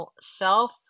self